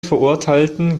verurteilten